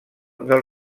del